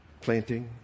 Planting